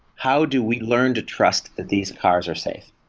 how do we learn to trust that these cars are safe?